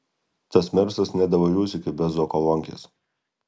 tas mersas nedavažiuos iki bezokolonkės